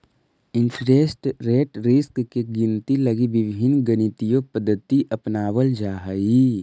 interest rate risk के गिनती लगी विभिन्न गणितीय पद्धति अपनावल जा हई